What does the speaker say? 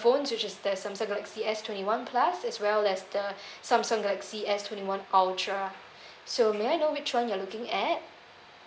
phones which is there is samsung galaxy S twenty one plus as well as the samsung galaxy S twenty one ultra so may I know which one you're looking at